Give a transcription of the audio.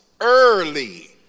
early